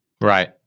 Right